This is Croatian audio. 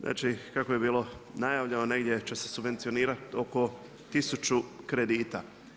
Znači, kako je bilo najavljeno, negdje će se subvencionirati oko 1000 kredita.